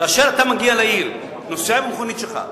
כאשר אתה מגיע לעיר, נוסע במכונית שלך,